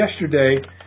yesterday